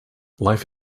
life